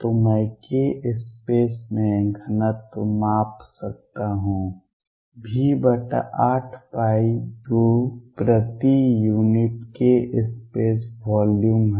तो मैं k space में घनत्व माप सकता हूं V83 प्रति यूनिट k स्पेस वॉल्यूम है